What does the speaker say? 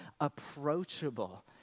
approachable